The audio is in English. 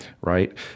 right